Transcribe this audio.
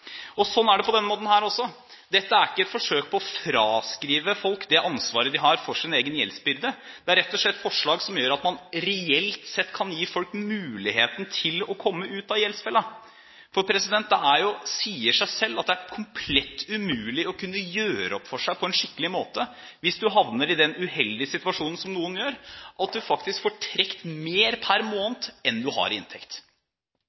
er det på denne måten også. Dette er ikke et forsøk på å fraskrive folk det ansvaret de har for sin egen gjeldsbyrde; det er rett og slett forslag som gjør at man reelt sett kan gi folk muligheten til å komme ut av gjeldsfellen. Det sier seg selv at det er komplett umulig å kunne gjøre opp for seg på en skikkelig måte hvis du havner i den uheldige situasjonen som noen gjør, at du faktisk får trukket mer per